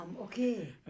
Okay